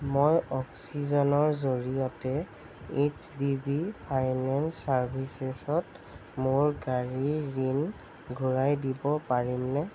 মই অক্সিজেনৰ জৰিয়তে এইচ ডি বি ফাইনেন্স ছাৰ্ভিচেছত মোৰ গাড়ীৰ ঋণ ঘূৰাই দিব পাৰিমনে